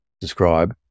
describe